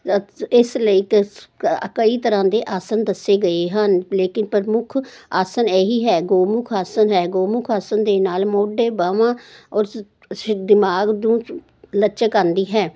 ਇਸ ਲਈ ਅਤੇ ਅਸ ਕਈ ਤਰ੍ਹਾਂ ਦੇ ਆਸਨ ਦੱਸੇ ਗਏ ਹਨ ਲੇਕਿਨ ਪ੍ਰਮੁੱਖ ਆਸਨ ਇਹ ਹੀ ਹੈ ਗਊਮਖ ਆਸਨ ਹੈ ਗਊਮੁਖ ਆਸਨ ਦੇ ਨਾਲ ਮੋਢੇ ਬਾਹਵਾਂ ਔਰ ਸ਼ ਦਿਮਾਗ ਦੂ ਲਚਕ ਆਉਂਦੀ ਹੈ